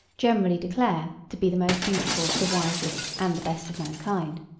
generally declare to be the most beautiful, the wisest, and the best of mankind.